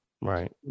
Right